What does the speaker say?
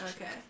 Okay